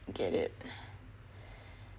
get it